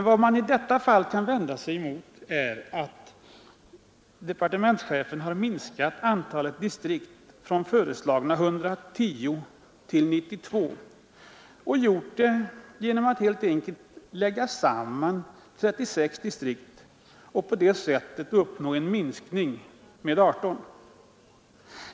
Vad man i detta fall kan vända sig emot är att departementschefen har minskat antalet distrikt från föreslagna 110 till 92 och gjort det genom att helt enkelt lägga samman 36 distrikt och på det sättet uppnå en minskning med 18.